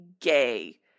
gay